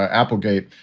ah applegate,